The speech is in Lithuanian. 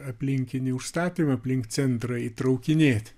aplinkinį užstatymą aplink centrą įtraukinėti